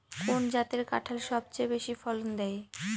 কোন জাতের কাঁঠাল সবচেয়ে বেশি ফলন দেয়?